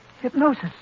Hypnosis